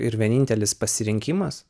ir vienintelis pasirinkimas